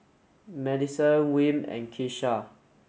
Madisen Wm and Kisha